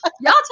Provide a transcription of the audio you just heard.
y'all